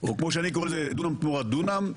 או כמו שאני קורא לזה דונם תמורת דונם.